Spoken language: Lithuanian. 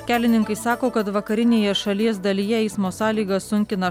kelininkai sako kad vakarinėje šalies dalyje eismo sąlygas sunkina